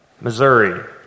Missouri